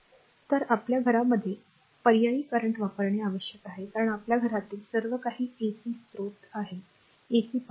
तर आपल्या घरामध्ये पर्यायी करंट वापरणे आवश्यक आहे कारण आपल्या घरातील सर्व काही एसी स्रोत एसी पॉवर आहे